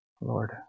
lord